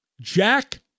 Jack